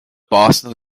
boston